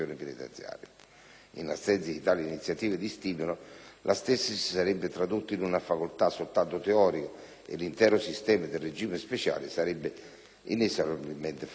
in assenza di tale iniziativa di stimolo, la stessa si sarebbe tradotta in una facoltà soltanto teorica e l'intero sistema del regime speciale di detenzione sarebbe inesorabilmente franato.